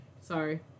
Sorry